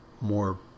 More